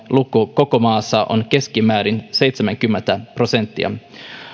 luku koko maassa on keskimäärin seitsemänkymmentä prosenttia